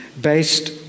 based